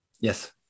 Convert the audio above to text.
Yes